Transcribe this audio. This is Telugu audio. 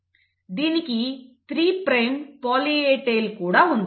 దీనికి 3 ప్రైమ్ పాలీ A టైల్ కూడా ఉంది